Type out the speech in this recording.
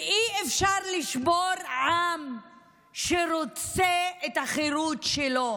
ואי-אפשר לשבור עם שרוצה את החירות שלו,